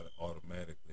automatically